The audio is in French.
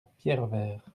pierrevert